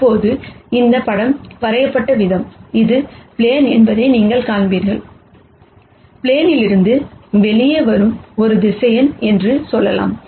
இப்போது இந்த படம் வரையப்பட்ட விதம் இது ப்ளேன் என்பதை நீங்கள் காண்பீர்கள் ப்ளேனிலிருந்து வெளியே வரும் ஒரு வெக்டார் என்று சொல்லலாம்